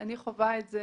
אני חווה את זה